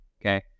okay